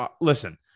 listen